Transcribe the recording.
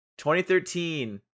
2013